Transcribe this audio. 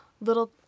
little